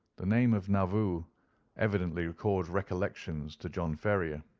the name of nauvoo evidently recalled recollections to john ferrier.